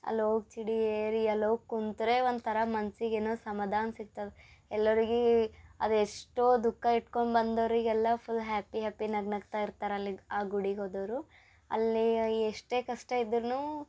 ಅಲ್ಲಿ ಹೋಗ್ ಚಿಡಿ ಏರಿ ಅಲ್ಲಿ ಹೋಗ್ ಕೂತ್ರೆ ಒಂಥರ ಮನ್ಸಿಗೆ ಏನೋ ಸಮಾಧಾನ ಸಿಗ್ತದೆ ಎಲ್ಲರ್ಗೆ ಅದೆಷ್ಟೋ ದುಃಖ ಇಟ್ಕೊಂಡ್ ಬಂದೋರಿಗೆಲ್ಲ ಫುಲ್ ಹ್ಯಾಪಿ ಹ್ಯಾಪಿ ನಗು ನಗ್ತಾ ಇರ್ತಾರೆ ಅಲ್ಲಿ ಆ ಗುಡಿಗೆ ಹೋದವರು ಅಲ್ಲಿ ಎಷ್ಟೇ ಕಷ್ಟ ಇದ್ರೂ